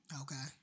Okay